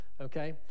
okay